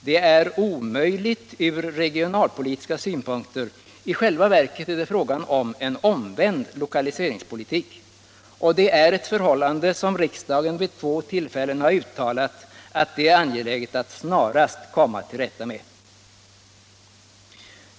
Det är = också oacceptabelt ur regionalpolitiska synpunkter — i själva verket är . Om elförsörjningen det fråga om en omvänd lokaliseringspolitik — och det är något som på Gotland riksdagen vid två tillfällen har uttalat att det är angeläget att snarast komma till rätta med.